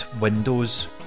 Windows